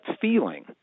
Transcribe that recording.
feeling